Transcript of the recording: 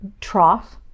trough